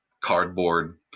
cardboard